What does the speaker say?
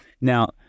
Now